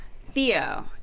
Theo